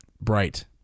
Bright